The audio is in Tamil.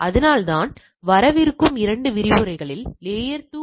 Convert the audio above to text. உதாரணமாக நமக்கு மிகக் குறைந்த அளவு கட்டின்மை இருந்தால் இது போல் தெரிகிறது